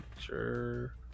sure